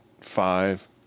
five